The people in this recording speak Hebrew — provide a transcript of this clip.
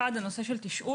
אחת, הנושא של תשאול.